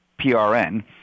PRN